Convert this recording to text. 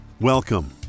Welcome